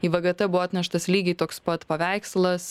į vgt buvo atneštas lygiai toks pat paveikslas